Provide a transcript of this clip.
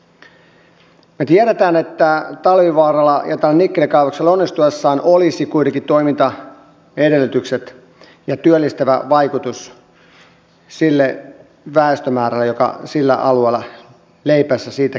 me tiedämme että talvivaaralla ja tällä nikkelikaivoksella onnistuessaan olisi kuitenkin toimintaedellytykset ja työllistävä vaikutus sille väestömäärälle joka leipänsä siltäkin alueelta saa